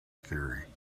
theory